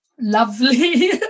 lovely